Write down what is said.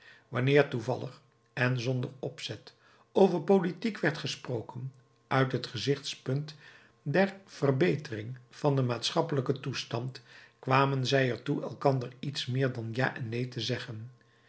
wanneer toevallig en zonder opzet over politiek werd gesproken uit het gezichtspunt der verbetering van den maatschappelijken toestand kwamen zij er toe elkander iets meer dan ja en neen te zeggen